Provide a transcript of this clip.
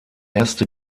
erste